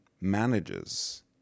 manages